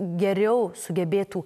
geriau sugebėtų